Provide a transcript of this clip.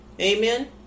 Amen